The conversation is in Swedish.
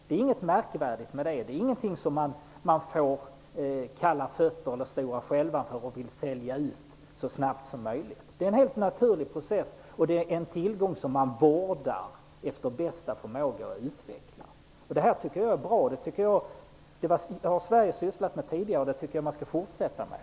Det är inget märkvärdigt med det. Det är ingenting som man får kalla fötter för och vill sälja ut så snabbt som möjligt, utan det är helt naturligt. Det är en tillgång som man vårdar och utvecklar efter bästa förmåga. Det tycker jag är bra. Sådant har Sverige sysslat med tidigare, och det tycker jag att man skall fortsätta med.